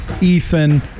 Ethan